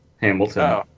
Hamilton